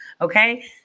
Okay